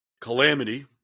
calamity